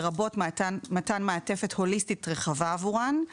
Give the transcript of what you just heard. לרבות מתן מעטפת הוליסטית רחבה עבורן,